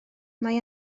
mae